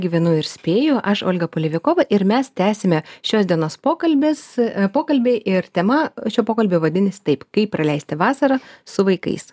gyvenu ir spėju aš olga polevikova ir mes tęsiame šios dienos pokalbis pokalbiai ir tema šio pokalbio vadinasi taip kaip praleisti vasarą su vaikais